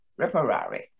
reparare